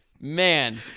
Man